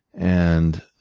and